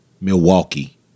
Milwaukee